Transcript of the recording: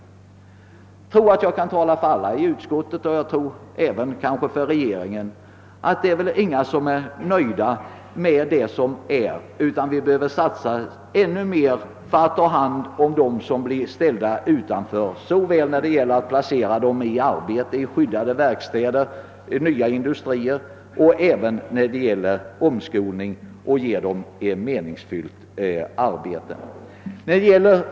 Jag tror att jag kan tala för alla i utskottet och kanske även för regeringen när jag säger att det väl inte finns någon som är nöjd med de möjligheter som nu finns, utan vi måste satsa ännu mer för att ta hand om dem som blir ställda utanför. Det bör ske i form av arbete i skyddade verkstäder, nya industrier och omskolning för att ge vederbörande ett meningsfyllt arbete.